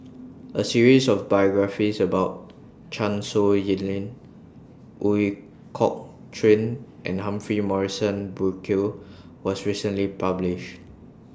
A series of biographies about Chan Sow Lin Ooi Kok Chuen and Humphrey Morrison Burkill was recently published